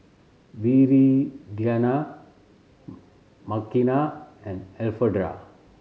Viridiana Makena and Elfreda